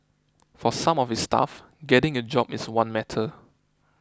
for some of his staff getting a job is one matter